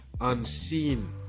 unseen